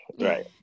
right